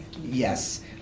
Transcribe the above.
Yes